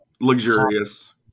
Luxurious